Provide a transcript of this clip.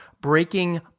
Breaking